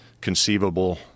conceivable